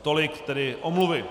Tolik tedy omluvy.